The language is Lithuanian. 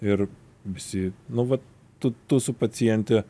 ir visi nu va tu tu su paciente